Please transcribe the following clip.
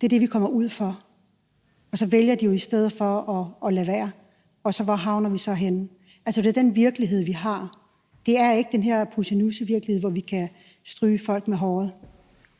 Det er det, vi kommer ud for: De vælger jo i stedet for at lade være med at anmelde det, og hvor havner vi så henne? Altså, den virkelighed, vi har, er ikke den her pussenussevirkelighed, hvor vi kan stryge folk med hårene,